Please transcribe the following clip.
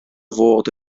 fod